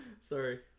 Sorry